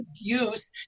abuse